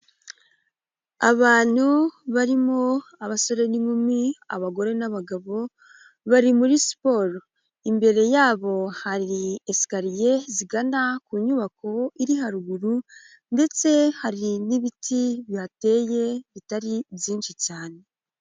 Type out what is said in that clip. Abantu barimo abasore n'inkumi, abagore n'abagabo, bari muri siporo. Imbere yabo hari esikariye zigana ku nyubako iri haruguru, ndetse hari n'ibiti bihateye, bitari byinshi cyane.